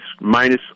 minus